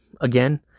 again